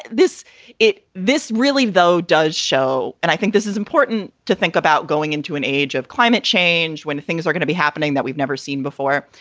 this it this really, though, does show and i think this is important to think about going into an age of climate change when things are going to be happening that we've never seen before,